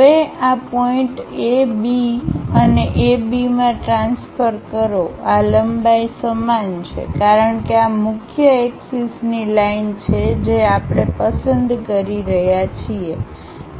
હવે આ point A B થી A B માં ટ્રાન્સફર કરો આ લંબાઈ સમાન છે કારણ કે આ મુખ્ય એક્સિસની લાઈન છે જે આપણે પસંદ કરી રહ્યા છીએ